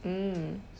mm